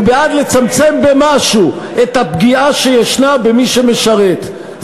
הוא בעד לצמצם במשהו את הפגיעה שיש במי שמשרת,